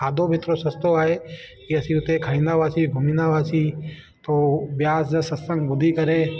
खाधो बि एतिरो सस्तो आहे की असीं उते खाईंदा हुआसीं घुमंदा हुआसीं थो ब्यास जा सत्संग ॿुधी करे